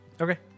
Okay